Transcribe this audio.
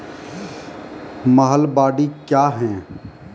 महलबाडी क्या हैं?